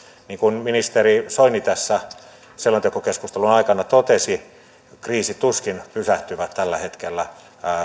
niin kuin ministeri soini tässä selontekokeskustelun aikana totesi kriisit tuskin pysähtyvät tällä hetkellä